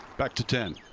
back to ten.